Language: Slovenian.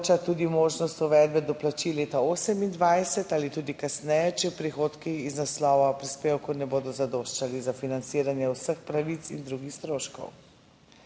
tudi možnost uvedbe doplačil leta 2028 ali tudi kasneje, če prihodki iz naslova prispevkov ne bodo zadoščali za financiranje vseh pravic in drugih stroškov.